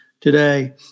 today